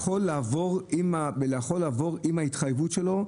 ויכול לעבור עם ההתחייבות שלו,